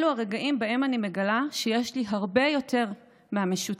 אלו הרגעים שבהם אני מגלה שיש לי הרבה יותר מהמשותף